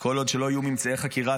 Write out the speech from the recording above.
כל עוד לא יהיו ממצאי חקירה.